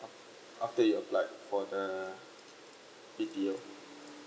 af~ after you applied for the B_T_O